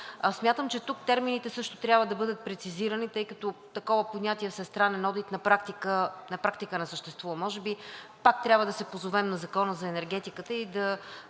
Смятам, че тук термините също трябва да бъдат прецизирани, тъй като на практика такова понятие „всестранен одит“ не съществува. Може би пак трябва да се позовем на Закона за енергетиката